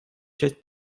часть